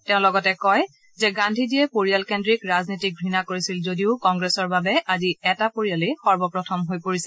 তেওঁ লগতে কয় যে গান্ধীজীয়ে পৰিয়ালকেন্দ্ৰিক ৰাজনীতিক ঘৃণা কৰিছিল যদিও কংগ্ৰেছৰ বাবে আজি এটা পৰিয়ালেই সৰ্বপ্ৰথম হৈ পৰিছে